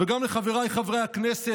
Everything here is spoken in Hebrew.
לחבריי חברי הכנסת,